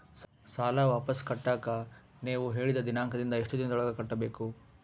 ಸಾಲ ವಾಪಸ್ ಕಟ್ಟಕ ನೇವು ಹೇಳಿದ ದಿನಾಂಕದಿಂದ ಎಷ್ಟು ದಿನದೊಳಗ ಕಟ್ಟಬೇಕು?